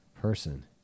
person